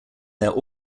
their